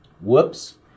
Whoops